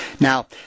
Now